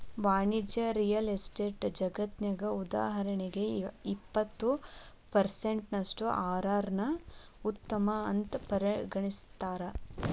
ವಾಣಿಜ್ಯ real estate ಜಗತ್ನ್ಯಗ, ಉದಾಹರಣಿಗೆ, ಇಪ್ಪತ್ತು ಪರ್ಸೆನ್ಟಿನಷ್ಟು ಅರ್.ಅರ್ ನ್ನ ಉತ್ತಮ ಅಂತ್ ಪರಿಗಣಿಸ್ತಾರ